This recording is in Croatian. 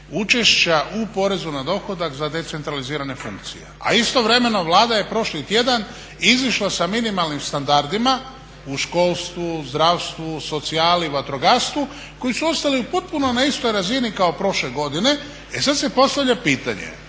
učešća u porezu na dohodak za decentralizirane funkcije. A istovremeno Vlada je prošli tjedan izišla sa minimalnim standardima u školstvu, zdravstvu, socijali, vatrogastvu, koji su ostali na potpuno istoj razini kao prošle godine. E sad se postavlja pitanje,